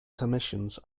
commissions